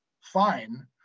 fine